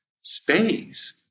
space